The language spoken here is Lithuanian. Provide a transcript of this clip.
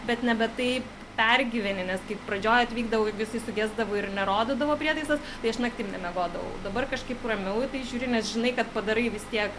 bet nebe taip pergyveni nes kaip pradžioje atvykdavau ir jisai sugesdavo ir nerodydavo prietaisas tai aš naktim nemiegodavau dabar kažkaip ramiau į tai žiūriu nes žinai kad padarai vis tiek